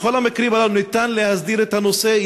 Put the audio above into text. בכל המקרים הללו ניתן להסדיר את הנושא,